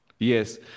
Yes